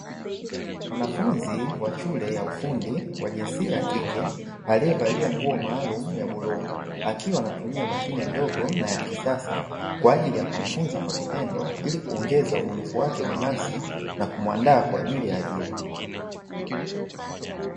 Mwanafunzi shule ya ufundi wajinsia ya kike aliye valia nguo maalumu ya bluu akiwa anatumia mashine ndogo na ya kisasa kwaajili ya kujifunza kwa vitendo ili kuongeza ubunifu wake binafsi na kumuandaa kwaajili ya ajira.